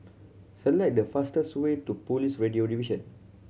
select the fastest way to Police Radio Division